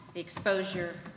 the exposure,